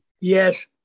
Yes